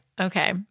Okay